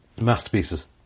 masterpieces